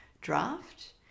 draft